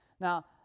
Now